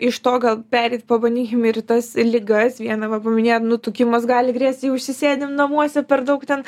iš to gal pereit pabandykim ir į tas ligas vieną va paminėjot nutukimas gali grėsti jei užsisėdim namuose per daug ten